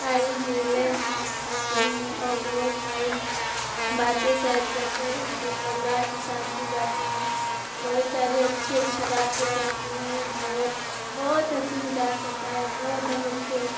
खाई है लंच में खाते हैं और बहुत सारी बातें सेयर करते हैं अपने परिवार के साथ भी जाते बहुत सारी अच्छी अच्छी बातें करते हैं बहुत बहुत हंसी मजाक होता है बहुत हम लोग खेल